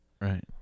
right